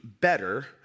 better